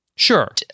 Sure